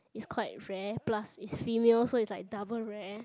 it's quite rare plus it's female so it's like double rare